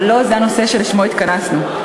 אבל לא זה הנושא שלשמו התכנסנו.